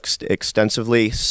extensively